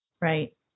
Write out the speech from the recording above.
Right